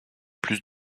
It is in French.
plus